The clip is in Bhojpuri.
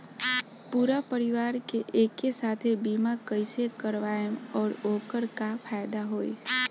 पूरा परिवार के एके साथे बीमा कईसे करवाएम और ओकर का फायदा होई?